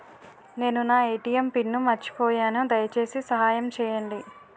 నేను నా ATM pin మర్చిపోయాను, దయచేసి సహాయం చేయండి